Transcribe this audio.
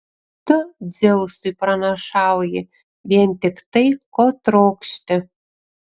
tu dzeusui pranašauji vien tik tai ko trokšti